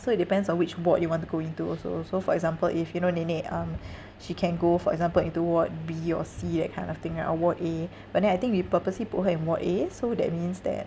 so it depends on which ward you want to go into also so for example if you know nenek um she can go for example into ward B or C that kind of thing ah or ward A but then I think we purposely put her in ward a so that means that